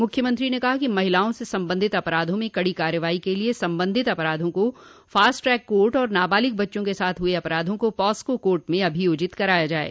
मुख्यमंत्री ने कहा कि महिलाओं से संबंधित अपराधों में कड़ी कार्रवाई के लिए संबंधित अपराधों को फास्ट ट्रैक कोर्ट और नाबालिक बच्चों के साथ हुए अपराधों को पास्को कोर्ट में अभियोजित कराया जाये